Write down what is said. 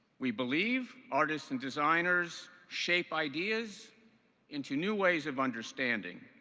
we believe artists and designers shape ideas into new ways of understanding.